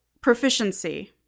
proficiency